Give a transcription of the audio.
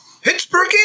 Pittsburgh